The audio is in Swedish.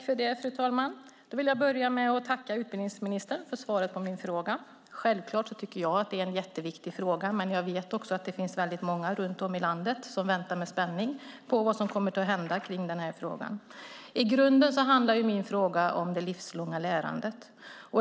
Fru talman! Jag vill börja med att tacka utbildningsministern för svaret på min fråga. Självklart tycker jag att det är en jätteviktig fråga, men jag vet också att det finns väldigt många runt om i landet som väntar med spänning på vad som kommer att hända kring den här frågan. I grunden handlar min fråga om det livslånga lärandet.